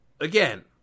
Again